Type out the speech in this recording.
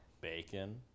Bacon